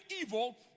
evil